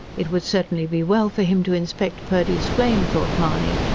it would certainly be well for him to inspect purdy's flame, thought mahony.